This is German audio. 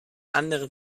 andere